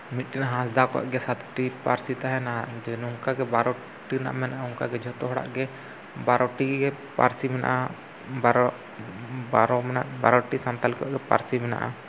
ᱢᱤᱫᱴᱟᱝ ᱦᱟᱸᱥᱫᱟ ᱠᱚᱣᱟᱜ ᱜᱮ ᱥᱟᱛᱴᱤ ᱯᱟᱹᱨᱥᱤ ᱛᱟᱦᱮᱱᱟ ᱡᱮ ᱱᱚᱝᱠᱟᱜᱮ ᱵᱟᱨᱚᱴᱤ ᱨᱮᱱᱟᱜ ᱢᱮᱱᱟᱜᱼᱟ ᱚᱱᱠᱟᱜᱮ ᱡᱷᱚᱛᱚ ᱦᱚᱲᱟᱜ ᱜᱮ ᱵᱟᱨᱚᱴᱤ ᱯᱟᱹᱨᱥᱤ ᱢᱮᱱᱟᱜᱼᱟ ᱵᱟᱨᱚ ᱵᱟᱨᱚ ᱵᱟᱨᱚᱴᱤ ᱥᱟᱱᱛᱟᱞ ᱠᱚᱣᱟᱜ ᱜᱮ ᱯᱟᱹᱨᱥᱤ ᱢᱮᱱᱟᱜᱼᱟ